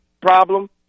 problem